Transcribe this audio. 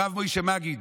הרב משה מגיד,